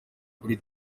kuri